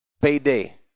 payday